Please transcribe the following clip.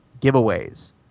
giveaways